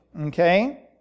okay